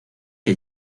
que